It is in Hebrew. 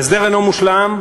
ההסדר אינו מושלם,